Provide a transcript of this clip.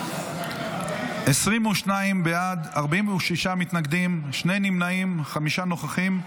22 בעד, 46 מתנגדים, שני נמנעים, חמישה נוכחים.